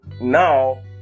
now